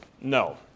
No